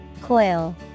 Coil